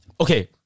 okay